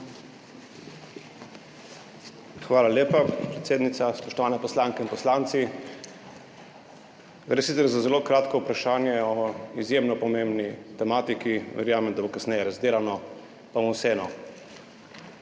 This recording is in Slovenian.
Hvala lepa, predsednica. Spoštovani poslanke in poslanci! Gre sicer za zelo kratko vprašanje o izjemno pomembni tematiki, verjamem, da bo kasneje razdelano, pa bom vseeno.